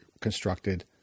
constructed